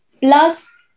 plus